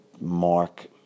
Mark